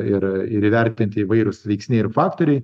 ir ir įvertinti įvairūs veiksniai ir faktoriai